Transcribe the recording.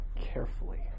carefully